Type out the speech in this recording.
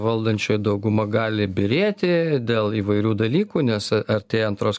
valdančioji dauguma gali byrėti dėl įvairių dalykų nes a artėja antros